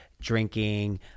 drinking